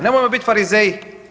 Nemojmo bit farizeji.